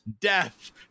death